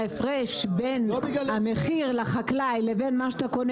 ההפרש בין המחיר לחקלאי לבין מה שאתה קונה